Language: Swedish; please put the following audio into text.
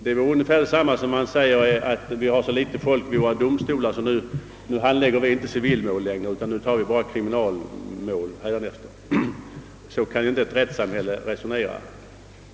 Det vore ungefär detsamma som att säga att våra domstolar har så litet folk att de inte handlägger civilmål utan bara kriminalmål. Så kan inte ett rättssamhälle resonera.